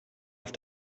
auf